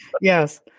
yes